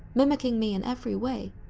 mimicking me in every way,